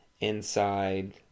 inside